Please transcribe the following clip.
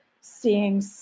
seeing